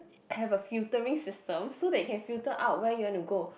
have a filtering system so that you can filter out where you want to go